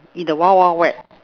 in the wild wild wet